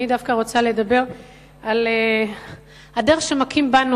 אני דווקא רוצה לדבר על הדרך שבה מכים בנו,